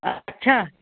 अच्छा